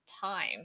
time